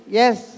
yes